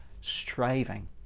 striving